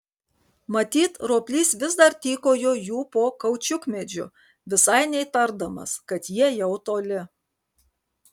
matyt roplys vis dar tykojo jų po kaučiukmedžiu visai neįtardamas kad jie jau toli